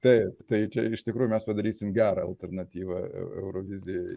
taip tai čia iš tikrųjų mes padarysim gerą alternatyvą eurovizijai